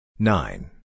Nine